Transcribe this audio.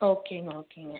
ஓகேங்க ஓகேங்க